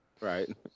Right